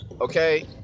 okay